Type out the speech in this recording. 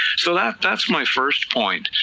so like that's my first point,